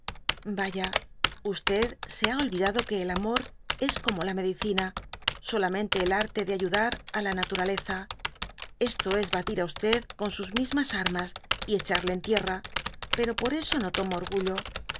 vaya t se ha olvidado que el amor es como la medicina solamfinte el arte de ayudar d la naturales esto es batir á con sus mismas armas y echarle en tierra pero por eso no tomo orgullo